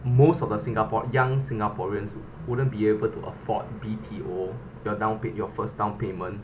most of the singapore young singaporeans wouldn't be able to afford B_T_O your down pay your first down payment